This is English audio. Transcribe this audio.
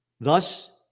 Thus